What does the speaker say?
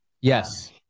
Yes